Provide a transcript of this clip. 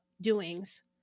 doings